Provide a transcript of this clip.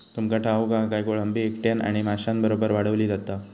तुमका ठाऊक हा काय, कोळंबी एकट्यानं आणि माशांबरोबर वाढवली जाता